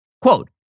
Quote